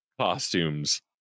costumes